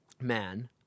man